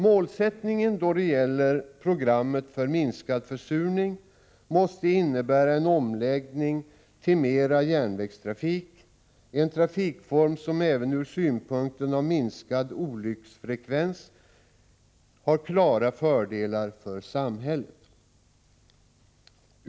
Målsättningen då det gäller programmet för minskad försurning måste innebära en omläggning till mera järnvägstrafik, en trafikform som även med avseende på minskad olycksfallsfrekvens har klara fördelar för samhället.